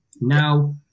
Now